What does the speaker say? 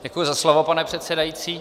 Děkuji za slovo, pane předsedající.